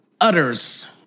Utters